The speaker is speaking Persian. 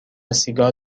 سیگار